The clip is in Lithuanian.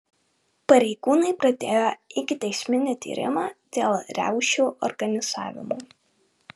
pareigūnai pradėjo ikiteisminį tyrimą dėl riaušių organizavimo